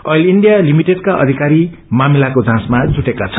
oil India लिमिटेडका अधिकारी मामिलाको जाँचमा जुटेका छन्